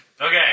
Okay